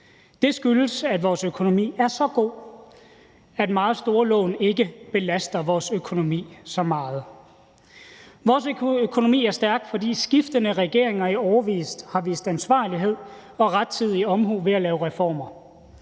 Det skyldes, at vores økonomi er så god, at meget store lån ikke belaster vores økonomi så meget. Vores økonomi er stærk, fordi skiftende regeringer i årevis har vist ansvarlighed og rettidig omhu ved at lave reformer.